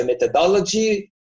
methodology